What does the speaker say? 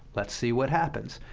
let's see what happens.